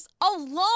alone